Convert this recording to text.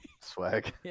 Swag